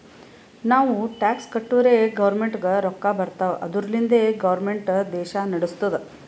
ನಾವು ಟ್ಯಾಕ್ಸ್ ಕಟ್ಟುರೇ ಗೌರ್ಮೆಂಟ್ಗ ರೊಕ್ಕಾ ಬರ್ತಾವ್ ಅದುರ್ಲಿಂದೆ ಗೌರ್ಮೆಂಟ್ ದೇಶಾ ನಡುಸ್ತುದ್